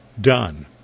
done